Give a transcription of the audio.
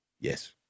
yes